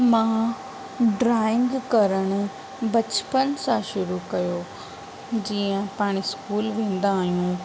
मां ड्राइंग करणु बचपन सां शुरू कयो जीअं पाण स्कूल वेंदा आहियूं